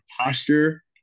posture